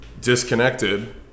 disconnected